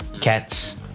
Cats